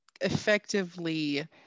effectively